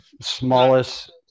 smallest –